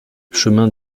chemin